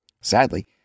Sadly